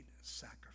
sacrifice